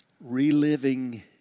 Reliving